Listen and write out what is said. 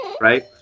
right